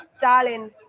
Darling